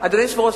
אדוני היושב-ראש,